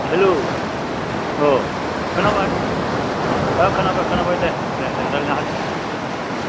हेल' अ खोनाबाय खोनाबाय खोनाबाय दे दे दे रायलायनो हासिगोन नोंथां